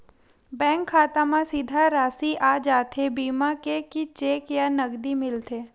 Bank खाता मा सीधा राशि आ जाथे बीमा के कि चेक या नकदी मिलथे?